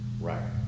Right